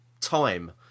time